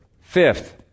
Fifth